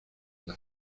las